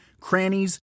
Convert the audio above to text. crannies